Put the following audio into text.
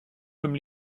comme